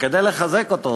וכדי לחזק אותו,